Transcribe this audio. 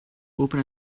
open